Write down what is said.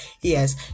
yes